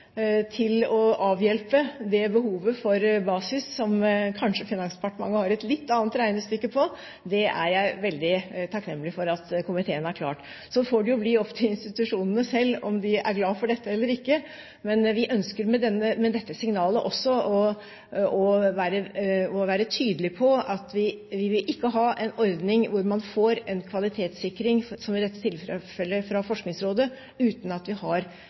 for å avhjelpe behovet for basisbevilgning, som kanskje Finansdepartementet har et litt annet regnestykke på, er jeg veldig takknemlig for at komiteen har klart. Så får det bli opp til institusjonene selv om de er glad for dette eller ikke, men vi ønsker med dette signalet også å være tydelig på at vi ikke vil ha en ordning hvor man får en kvalitetssikring, som i dette tilfellet fra Forskningsrådet, uten at vi har